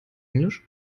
englisch